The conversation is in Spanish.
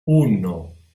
uno